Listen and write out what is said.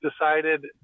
decided